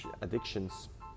addictions